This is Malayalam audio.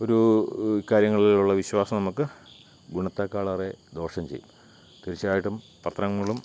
ഒരു കാര്യങ്ങളിലുള്ള വിശ്വാസം നമുക്ക് ഗുണത്തേക്കാളേറെ ദോഷം ചെയ്യും തീർച്ചയായിട്ടും പത്രങ്ങളും